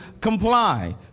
comply